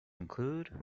include